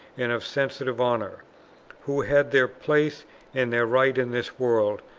and of sensitive honour who had their place and their rights in this world,